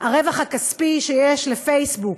הרווח הכספי שיש לפייסבוק,